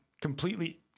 completely